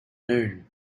noon